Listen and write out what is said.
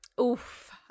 Oof